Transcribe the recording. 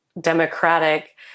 democratic